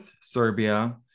Serbia